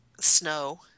snow